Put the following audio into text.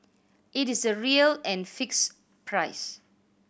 it is the real and fixed price